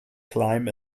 climb